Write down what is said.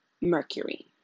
Mercury